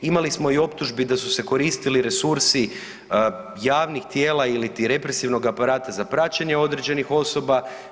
Imali smo i optužbi da su se koristili resursi javnih tijela ili ti represivnog aparata za praćenje određenih osoba.